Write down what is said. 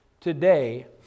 today